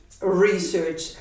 research